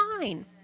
fine